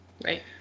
Right